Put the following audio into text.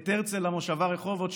את הרצל למושבה רחובות,